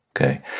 Okay